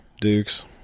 Dukes